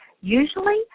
Usually